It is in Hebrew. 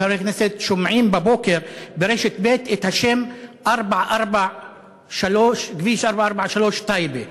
וחברי הכנסת שומעים ברשת ב' את השם "כביש 443 טייבה"